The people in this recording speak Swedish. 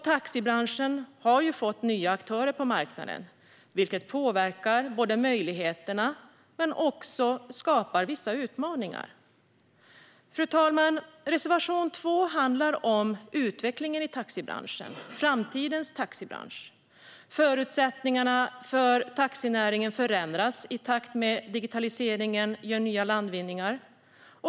Taxibranschen har fått nya aktörer på marknaden, vilket påverkar möjligheterna. Men det skapar också vissa utmaningar. Reservation 2 handlar om utvecklingen i taxibranschen, framtidens taxibransch. Förutsättningarna för taxinäringen förändras i takt med att digitaliseringen gör nya landvinningar.